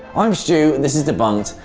i'm stu, this is debunked,